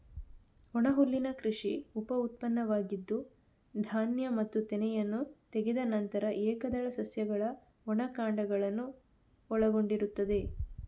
ಒಣಹುಲ್ಲಿನ ಕೃಷಿ ಉಪ ಉತ್ಪನ್ನವಾಗಿದ್ದು, ಧಾನ್ಯ ಮತ್ತು ತೆನೆಯನ್ನು ತೆಗೆದ ನಂತರ ಏಕದಳ ಸಸ್ಯಗಳ ಒಣ ಕಾಂಡಗಳನ್ನು ಒಳಗೊಂಡಿರುತ್ತದೆ